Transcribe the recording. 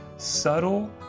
Subtle